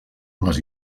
les